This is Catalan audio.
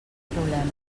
problemes